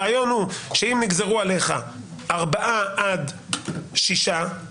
הרעיון הוא שאם נגזרו עליך ארבעה עד שישה חודשים,